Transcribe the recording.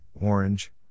orange